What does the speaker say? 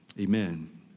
Amen